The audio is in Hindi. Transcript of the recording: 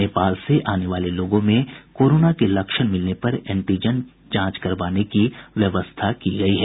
नेपाल से आने वाले लोगों में कोरोना के लक्षण मिलने पर एंटीजन जांच करवाने की व्यवस्था की गयी है